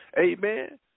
Amen